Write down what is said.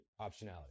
optionality